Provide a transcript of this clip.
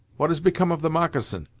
what has become of the moccasin?